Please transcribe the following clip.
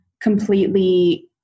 completely